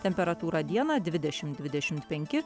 temperatūra dieną dvidešim dvidešim penki